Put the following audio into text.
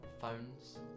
phones